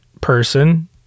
person